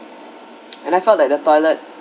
and I felt like the toilet